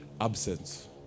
absence